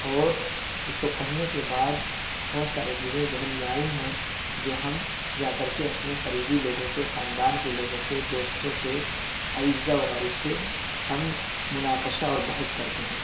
اور اس کو پڑھنے کے بعد بہت ساری چیزیں ذہن میں آئیں ہیں جو ہم جا کر کے اپنے قریبی لوگوں سے خاندان کے لوگوں سے دوستوں سے اعزا و اقارب سے ہم مناقشہ اور بحث کرتے ہیں